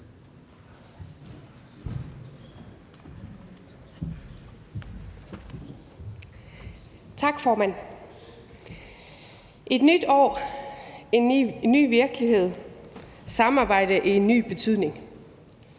Tak, formand. Det er et nyt år, en ny virkelighed, samarbejde i en ny betydning.